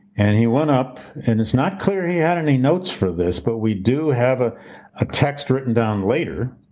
and he went up, and it's not clear he had any notes for this, but we do have a ah text written down later,